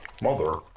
Mother